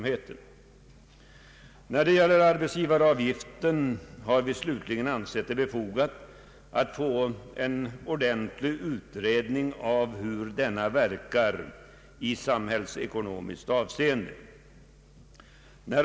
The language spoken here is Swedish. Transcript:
I fråga om arbetsgivaravgiften har vi slutligen ansett det befogat att få en or dentlig utredning av hur den verkar i samhällsekonomiskt avseende.